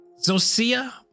Zosia